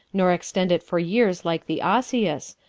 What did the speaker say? nor extend it for years like the osseous,